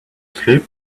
sleep